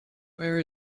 where